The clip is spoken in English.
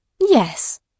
yes